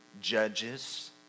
judges